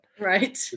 Right